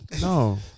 No